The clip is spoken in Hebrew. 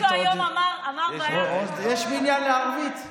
יש מניין לערבית?